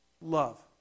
love